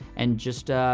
and just,